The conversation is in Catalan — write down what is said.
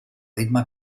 ritme